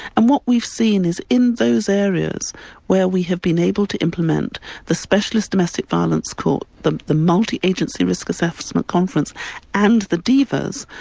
and what we've seen is in those areas where we have been able to implement the specialist domestic violence court, the the multi-agency risk assessment conference and the divas,